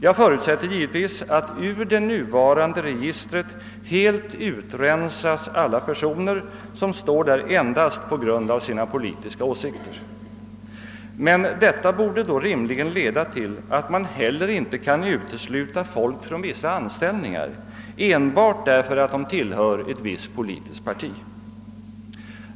Jag förutsätter givetvis att ur det nuvarande registret helt utrensas alla personer som står där endast på grund av sina politiska åsikter. Men detta borde då rimligen leda till att man heller inte kan utesluta folk från vissa anställningar enbart därför att de tillhör ett visst politiskt parti.